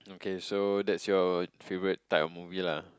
okay so that's your favorite type of movie lah